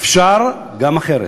אפשר גם אחרת,